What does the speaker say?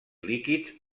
líquids